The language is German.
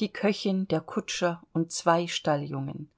die köchin der kutscher und zwei stalljungen